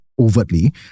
overtly